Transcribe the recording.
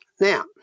Now